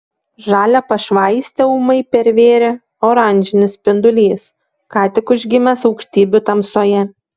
žalią pašvaistę ūmai pervėrė oranžinis spindulys ką tik užgimęs aukštybių tamsoje